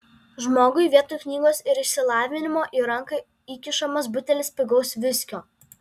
žmogui vietoj knygos ir išsilavinimo į ranką įkišamas butelis pigaus viskio